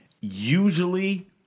usually